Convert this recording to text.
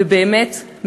ובאמת,